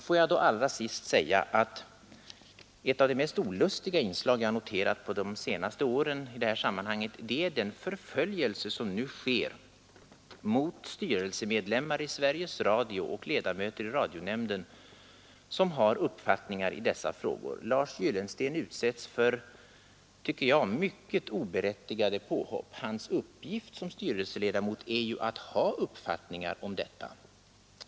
Får jag allra sist säga att ett av de mest olustiga inslag jag noterat på de senaste åren i det här sammanhanget är den förföljelse som nu sker mot styrelsemedlemmar i Sveriges Radio och ledamöter i radionämnden som har uppfattningar i dessa frågor. Lars Gyllensten utsätts för helt oberättigade påhopp. Hans uppgift som styrelseledamot är ju att ha uppfattningar om verksamheten.